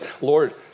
Lord